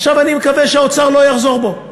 עכשיו אני מקווה שהאוצר לא יחזור בו.